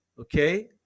Okay